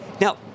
Now